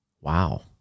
wow